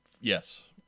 Yes